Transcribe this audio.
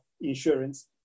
insurance